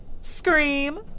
Scream